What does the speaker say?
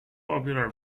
popular